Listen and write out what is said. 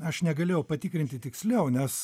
aš negalėjau patikrinti tiksliau nes